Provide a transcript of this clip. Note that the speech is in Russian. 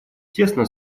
тесно